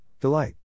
delight